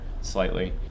slightly